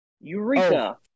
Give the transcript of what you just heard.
Eureka